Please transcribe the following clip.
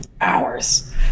Hours